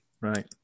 Right